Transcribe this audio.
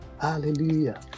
hallelujah